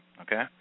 okay